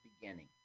beginning